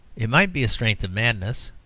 it might be a strength of madness,